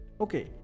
Okay